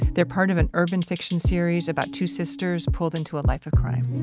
they're part of an urban fiction series about two sisters pulled into a life of crime.